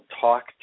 talk